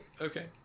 Okay